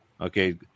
Okay